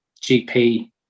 GP